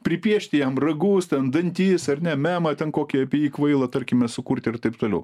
pripiešti jam ragus ten dantis ar ne memą ten kokį apie jį kvailą tarkime sukurti ir taip toliau